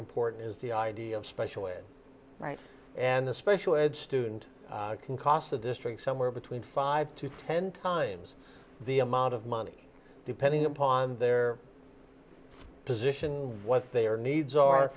important is the idea of special ed right and the special ed students can cost the district somewhere between five to ten times the amount of money depending upon their position what they are needs are